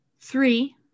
three